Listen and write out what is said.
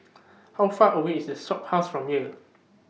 How Far away IS The Shophouse from here